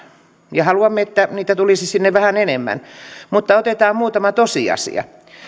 ja haluamme että niitä tulisi sinne vähän enemmän mutta otetaan muutama tosiasia